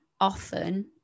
Often